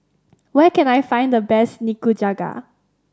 where can I find the best Nikujaga